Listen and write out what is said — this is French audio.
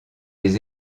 les